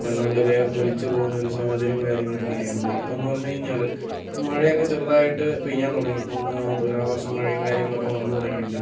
വല്ലാതെ വിയർത്ത് ഒലിച്ച് പോകുന്ന ഒരു സാഹചര്യവും കാര്യങ്ങളൊക്കെ ആയിരുന്നു ഇപ്പം എന്നു പറഞ്ഞു കഴിഞ്ഞാൽ മഴയൊക്കെ ചെറുതായിട്ട് പെയ്യാൻ തുടങ്ങി ഇപ്പം തുലാവർഷം മഴയും കാര്യങ്ങളൊക്കെ വന്നു തുടങ്ങിയിട്ടുണ്ട്